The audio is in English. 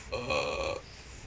err